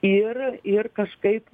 ir ir kažkaip